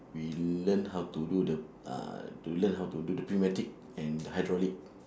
we learn how to do the uh to learn how to do the prismatic and hydraulic